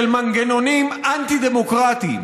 של מנגנונים אנטי-דמוקרטיים,